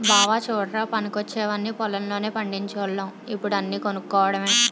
బావా చుడ్రా పనికొచ్చేయన్నీ పొలం లోనే పండిచోల్లం ఇప్పుడు అన్నీ కొనుక్కోడమే